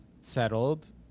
settled